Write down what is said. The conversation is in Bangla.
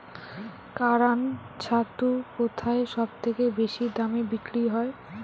কাড়াং ছাতু কোথায় সবথেকে বেশি দামে বিক্রি হয়?